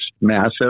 massive